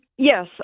Yes